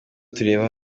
tureba